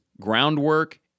groundwork